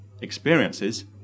experiences